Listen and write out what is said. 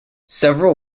several